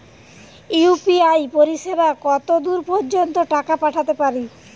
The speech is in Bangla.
ইউ.পি.আই পরিসেবা কতদূর পর্জন্ত টাকা পাঠাতে পারি?